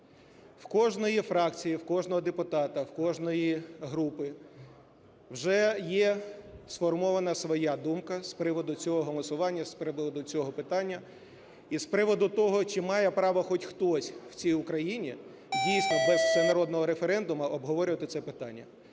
В кожної фракції, в кожного депутата, в кожної групи вже є сформована своя думка з приводу цього голосування, з приводу цього питання, і з приводу того, чи має право хоч хтось у цій Україні дійсно без всенародного референдуму обговорювати це питання.